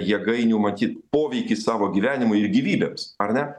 jėgainių matyt poveikį savo gyvenimui ir gyvybėms ar ne